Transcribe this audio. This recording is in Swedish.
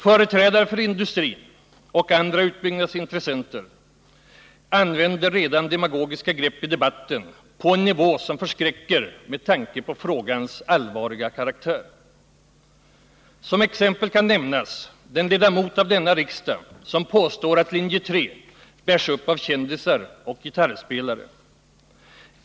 Företrädare för industrin och andra utbyggnadsintressenter använder redan demagogiska grepp i debatten på en nivå som förskräcker med tanke på frågans allvarliga karaktär. Som exempel kan nämnas den ledamot av denna riksdag som påstår att linje 3 bärs upp av kändisar och gitarrspelare.